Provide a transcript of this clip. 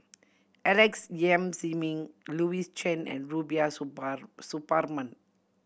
Alex Yam Ziming Louis Chen and Rubiah Suparman